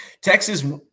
Texas